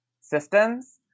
Systems